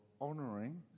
honoring